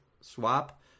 swap